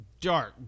dark